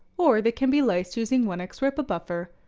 or they can be lysed using one x ripa buffer.